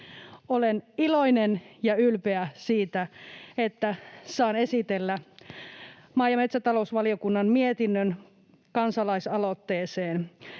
Olen iloinen ja ylpeä siitä, että saan esitellä maa‑ ja metsätalousvaliokunnan mietinnön kansalaisaloitteesta.